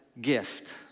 gift